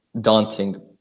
daunting